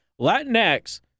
Latinx